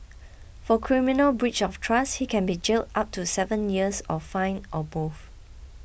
for criminal breach of trust he can be jailed up to seven years or fined or both